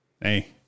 hey